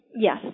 Yes